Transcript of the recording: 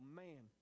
man